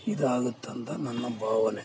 ಇದಾಗುತ್ತಂತ ನನ್ನ ಭಾವನೆ